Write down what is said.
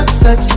sex